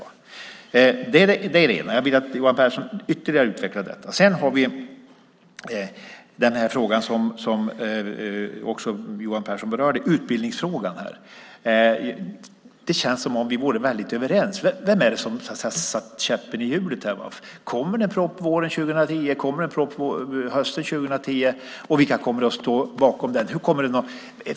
Jag vill att Johan Pehrson utvecklar det ytterligare. Johan Pehrson berörde också utbildningsfrågan. Det känns som om vi är överens. Vem är det som har satt käppar i hjulet? Kommer det en proposition våren 2010? Kommer det en proposition hösten 2010? Vilka kommer att stå bakom den?